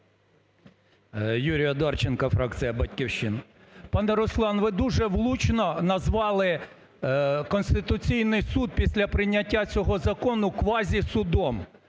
Юрій Одарченко, фракція "Батьківщина". Пане Руслан, ви дуже влучно назвали Конституційний Суд, після прийняття цього закону, квазі-судом.